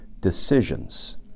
decisions